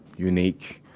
unique.